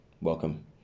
welcome